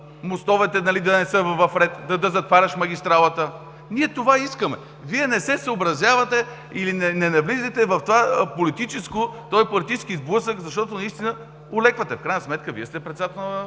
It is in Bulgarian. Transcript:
мостовете да не са в ред, да затваряш магистралата. Ние това искаме. Вие не се съобразявате или не навлизайте в този политически сблъсък, защото наистина олеквате. В крайна сметка, Вие сте председател